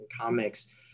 comics